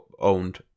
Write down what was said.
owned